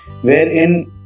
wherein